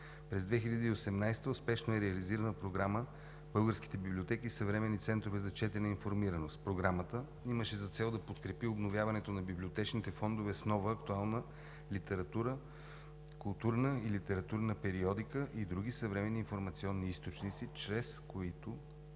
През 2018 г. успешно е реализирана Програма „Българските библиотеки – съвременни центрове за четене и информираност“. Програмата имаше за цел да подкрепи обновяването на библиотечните фондове с нова актуална литература, културна и литературна периодика и други съвременни информационни източници, чрез което